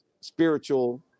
spiritual